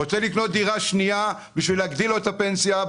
ורצה לקנות דירה שנייה בשביל להגדיל לעצמו את הפנסיה,